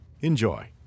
Enjoy